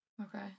Okay